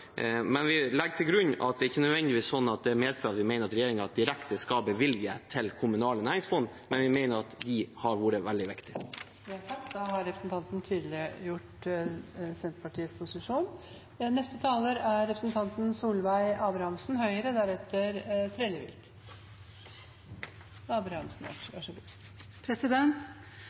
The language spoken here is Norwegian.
Vi legger til grunn at det ikke nødvendigvis er sånn at det medfører at vi mener regjeringen direkte skal bevilge til kommunale næringsfond, men vi mener at de har vært veldig viktige. Noreg er eit godt land å bu og leve i. Landet vårt er